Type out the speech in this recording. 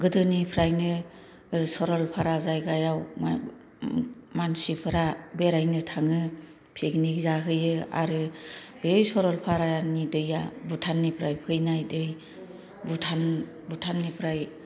गोदोनिफ्रायनो सरलफारा जायगायाव मानसिफोरा बेरायनो थाङो पिकनिक जाहैयो आरो बे सरलफारानि दैया भुटाननिफ्राय फैनाय दै भुटान भुटाननिफ्राय